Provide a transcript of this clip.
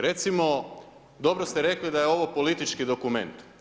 Recimo, dobro ste rekli da je ovo politički dokument.